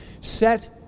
set